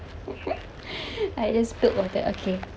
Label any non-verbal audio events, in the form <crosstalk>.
<laughs> I just spilled water okay